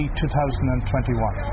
2021